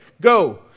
Go